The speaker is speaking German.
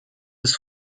des